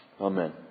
Amen